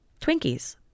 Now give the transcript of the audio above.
Twinkies